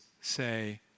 say